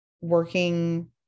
working